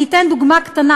אני אתן דוגמה קטנה.